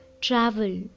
travel